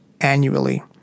annually